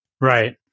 right